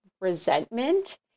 resentment